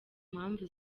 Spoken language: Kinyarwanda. mpamvu